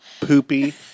Poopy